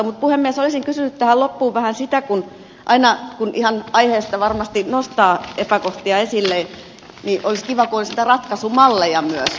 olisin kysynyt tähän loppuun vähän siksi että aina kun ihan aiheesta varmasti nostaa epäkohtia esille olisi kiva kun olisi niitä ratkaisumalleja myös